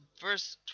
verse